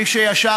מי שישר,